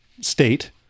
state